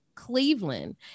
Cleveland